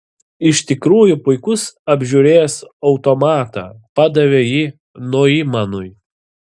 iš tikrųjų puikus apžiūrėjęs automatą padavė jį noimanui